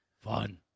fun